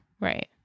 Right